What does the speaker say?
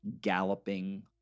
galloping